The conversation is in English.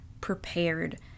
prepared